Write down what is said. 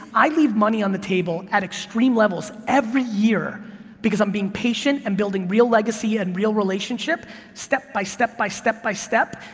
i leave money on the table at extreme levels every year because i'm being patient, i'm building real legacy and real relationship step by step, by step, by step,